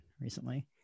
recently